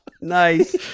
Nice